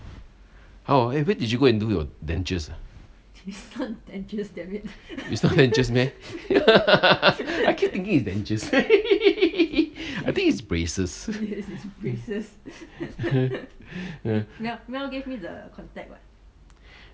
how ah eh where did you go and do your dentures uh it's not dentures meh I keep thinking it's dentures I think it's braces